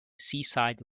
seaside